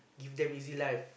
give them easy life